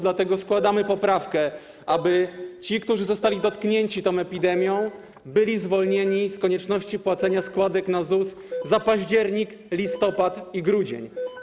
Dlatego składamy poprawkę, aby ci, którzy zostali dotknięci tą epidemią, byli zwolnieni z konieczności płacenia składek na ZUS za październik, listopad i grudzień.